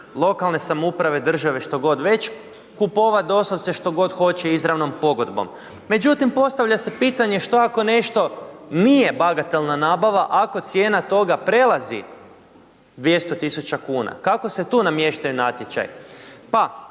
lokalne samouprave države što god već, kupovati doslovce što god hoće izravnom pogodbom. Međutim, postavlja se pitanje, što ako nešto nije bagatelna nabava, ako cijena toga prelazi 200 tisuća kuna. Kako se tu namještaju natječaji? Pa